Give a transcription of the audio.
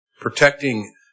protecting